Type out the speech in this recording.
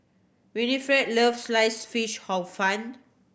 Winnifred loves Sliced Fish Hor Fun